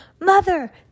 Mother